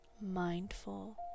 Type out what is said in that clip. mindful